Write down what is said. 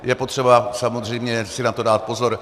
Je potřeba samozřejmě si na to dát pozor.